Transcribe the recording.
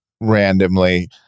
randomly